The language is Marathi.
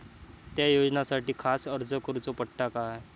त्या योजनासाठी खास अर्ज करूचो पडता काय?